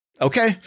okay